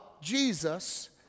Jesus